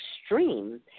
extreme